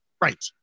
right